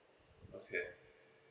okay